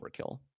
overkill